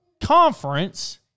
conference